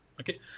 okay